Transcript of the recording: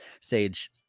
Sage